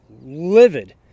livid